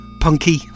punky